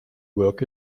work